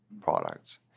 products